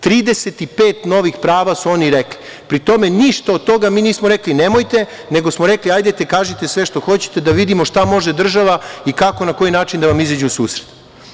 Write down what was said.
Trideset i pet novih prava su oni rekli, pri tome, ništa od toga mi nismo rekli – nemojte, nego smo rekli – hajde kažite sve što hoćete da vidimo šta može država i kako, na koji način da vam izađe u susret.